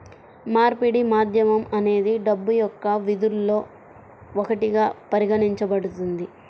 మార్పిడి మాధ్యమం అనేది డబ్బు యొక్క విధుల్లో ఒకటిగా పరిగణించబడుతుంది